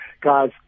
guys